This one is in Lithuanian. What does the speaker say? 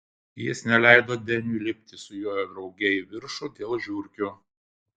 jis neleido deniui lipti su juo drauge į viršų dėl žiurkių